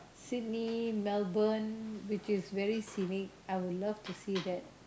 Sydney Melbourne which is very scenic I would love to see that